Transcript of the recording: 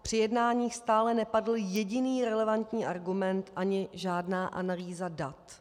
Při jednáních stále nepadl jediný relevantní argument ani žádná analýza dat.